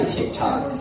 TikTok